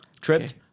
Tripped